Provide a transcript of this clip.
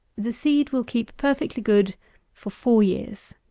the seed will keep perfectly good for four years.